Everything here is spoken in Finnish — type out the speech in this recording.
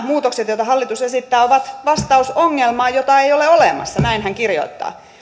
muutokset joita hallitus esittää ovat vastaus ongelmaan jota ei ole olemassa näin hän kirjoittaa